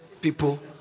people